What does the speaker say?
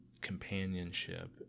companionship